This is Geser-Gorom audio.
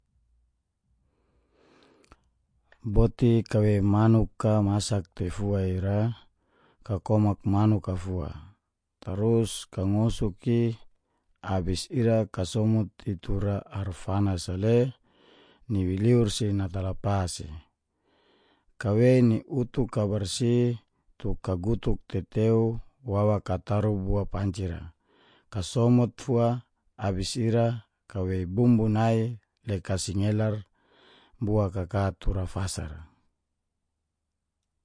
Boti kaawei manuk a masak tei fua ira, kakomak manuk fua. Tarus ka ngosok i abis ira kasomut i tura ar fanas le ni liliur si natalapas i. Kawei ni utuk i barsi tu kagutuk tetew wawa ka taro bo panci ra, kasomut fua abis ira kawei bumbu nai, le kasingelar bua ka ka tura fasa ra.